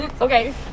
okay